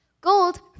Gold